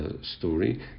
story